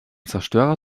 zerstörer